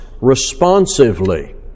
responsively